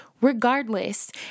regardless